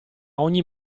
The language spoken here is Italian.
ogni